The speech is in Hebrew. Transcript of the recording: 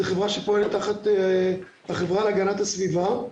זאת חברה שפועלת תחת החברה להגנת הסביבה.